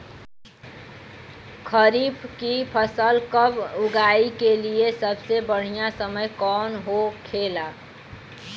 खरीफ की फसल कब उगाई के लिए सबसे बढ़ियां समय कौन हो खेला?